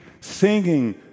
singing